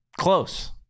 close